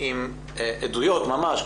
עם עדויות ממש.